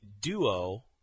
duo